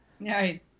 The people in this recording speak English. Right